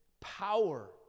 power